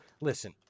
listen